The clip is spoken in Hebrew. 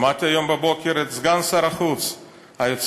שמעתי היום בבוקר את סגן שר החוץ היוצא,